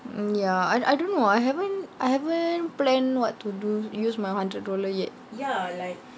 mm ya I I don't know I haven't I haven't plan what to do use my hundred dollars yet